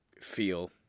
feel